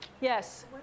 Yes